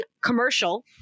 commercial